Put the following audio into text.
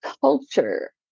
culture